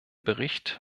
bericht